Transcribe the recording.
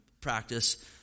practice